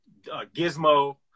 Gizmo